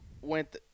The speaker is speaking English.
went